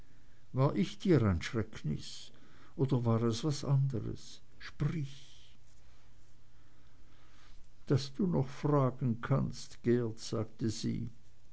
war ich dir ein schrecknis oder war es was andres sprich daß du noch fragen kannst geert sagte sie